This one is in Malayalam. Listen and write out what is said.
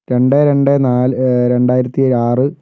രണ്ട് രണ്ട് നാല് രണ്ടായിരത്തി ആറ്